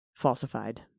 falsified